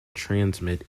transmit